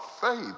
faith